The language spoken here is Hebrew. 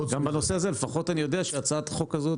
גם בנושא הזה לפחות אני יודע שהצעת החוק הזאת